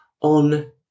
on